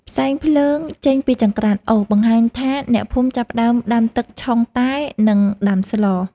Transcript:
ផ្សែងភ្លើងចេញពីចង្ក្រានអុស បង្ហាញថាអ្នកភូមិចាប់ផ្តើមដាំទឹកឆុងតែ និងដាំស្ល។